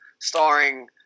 starring